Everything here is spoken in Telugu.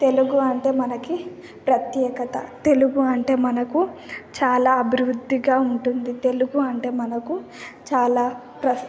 తెలుగు అంటే మనకి ప్రత్యేకత తెలుగు అంటే మనకు చాలా అభివృద్ధిగా ఉంటుంది తెలుగు అంటే మనకు చాలా ప్రస్